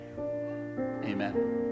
amen